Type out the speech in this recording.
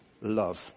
love